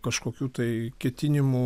kažkokių tai ketinimų